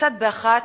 כיצד באחת,